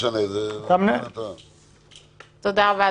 תודה רבה,